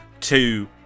two